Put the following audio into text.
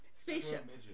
Spaceships